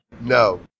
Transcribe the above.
No